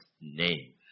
name